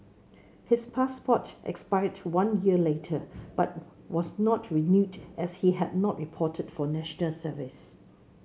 his passport expired one year later but were was not renewed as he had not reported for National Service